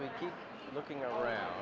we keep looking around